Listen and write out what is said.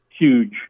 huge